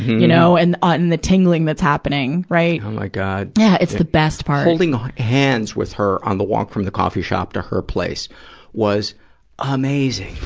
you know? and, ah, and the tingling that's happening, right? oh my god! yeah, it's the best part. holding hands with her on the walk from the coffee shop to her place was amazing!